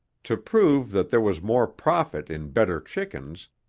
to prove that there was more profit in better chickens,